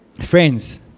Friends